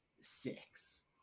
six